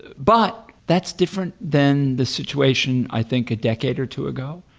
but that's different than the situation i think a decade or two ago,